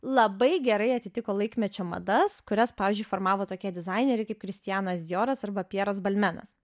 labai gerai atitiko laikmečio madas kurias pavyzdžiui formavo tokie dizaineriai kaip kristianas dioras arba pjeras balmenas